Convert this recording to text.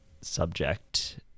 Subject